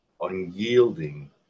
unyielding